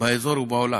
באזור ובעולם,